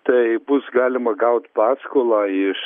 tai bus galima gaut paskolą iš